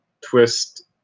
twist